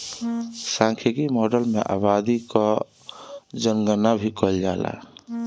सांख्यिकी माडल में आबादी कअ जनगणना भी कईल जाला